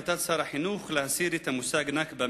החלטת שר החינוך להסיר את המושג "נכבה"